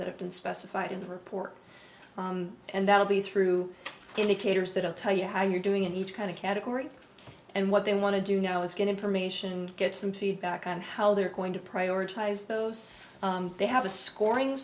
that have been specified in the report and that will be through indicators that will tell you how you're doing in each kind of category and what they want to do now is get information get some feedback on how they're going to prioritize those they have a scoring